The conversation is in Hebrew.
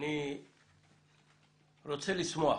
אני רוצה לשמוח